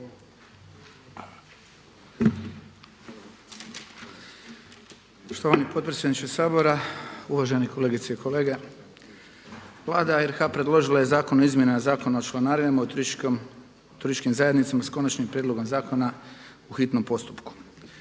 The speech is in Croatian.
Poštovani potpredsjedniče Sabora, uvaženi kolegice i kolege. Vlada RH predložila je Zakon o izmjenama Zakona o članarinama u turističkim zajednicama s konačnim prijedlogom zakona u hitnom postupku.